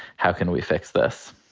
how can we fix this.